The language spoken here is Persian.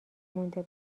مونده